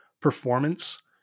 performance